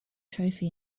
trophy